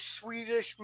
Swedish